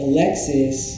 Alexis